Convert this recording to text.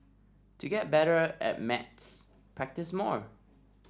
to get better at maths practise more